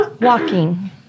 Walking